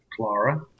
clara